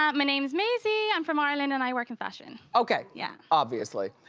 my name is macy, i'm from ireland and i work in fashion. okay, yeah obviously.